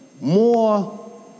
more